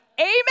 amen